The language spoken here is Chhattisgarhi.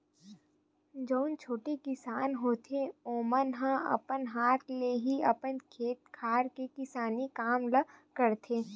जउन छोटे किसान होथे ओमन ह अपन हाथ ले ही अपन खेत खार के किसानी काम ल करथे